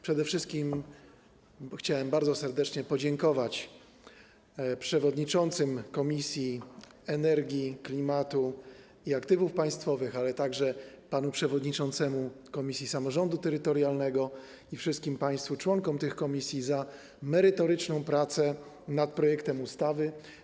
Przede wszystkim chciałem bardzo serdecznie podziękować przewodniczącym Komisji do Spraw Energii, Klimatu i Aktywów Państwowych, ale także panu przewodniczącemu komisji samorządu terytorialnego i wszystkim państwu członkom tych komisji za merytoryczną pracę nad projektem ustawy.